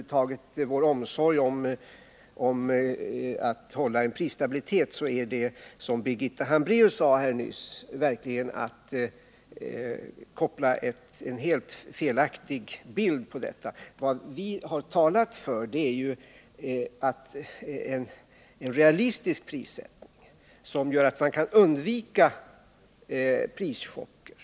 Det är som Birgitta Hambraeus sade helt felaktigt. Vad vi har talat för är en realistisk prissättning, som gör att man kan undvika prischocker.